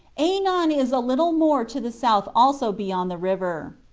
ainon is a little more to the south also beyond the river.